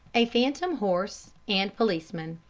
a phantom horse and policeman